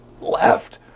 left